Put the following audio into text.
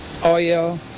oil